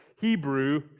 Hebrew